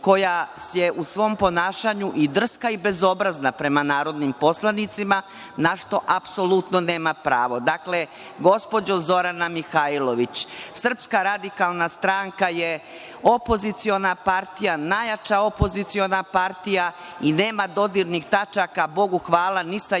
koja je u svom ponašanju i drska i bezobrazna prema narodnim poslanicima, na šta apsolutno nema pravo. Dakle, gospođo Zorana Mihajlović, SRS je opoziciona partija, najjača opoziciona partija i nema dodirnih tačaka, Bogu hvala, ni sa jednom